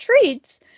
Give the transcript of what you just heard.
treats